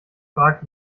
fragt